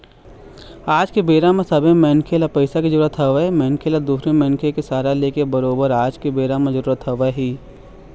आज के बेरा म सबे मनखे ल पइसा के जरुरत हवय मनखे ल दूसर मनखे के सहारा लेके बरोबर आज के बेरा म जरुरत हवय ही